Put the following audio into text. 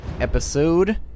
episode